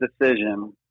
decision